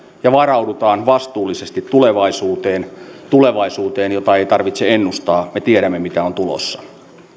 ja varaudutaan vastuullisesti tulevaisuuteen tulevaisuuteen jota ei tarvitse ennustaa me tiedämme mitä on tulossa